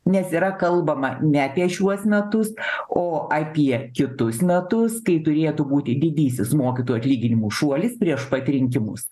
nes yra kalbama ne apie šiuos metus o apie kitus metus kai turėtų būti didysis mokytojų atlyginimų šuolis prieš pat rinkimus